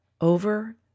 over